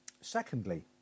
Secondly